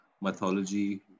mythology